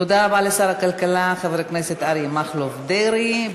תודה רבה לשר הכלכלה חבר הכנסת אריה מכלוף דרעי.